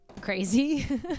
crazy